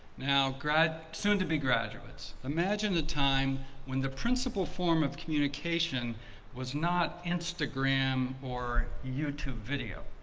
now grad soon-to-be graduates, imagine the time when the principal form of communication was not instagram or youtube video,